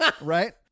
Right